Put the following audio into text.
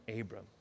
Abram